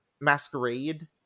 Masquerade